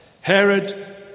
Herod